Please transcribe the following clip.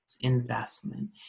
investment